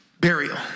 burial